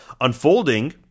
unfolding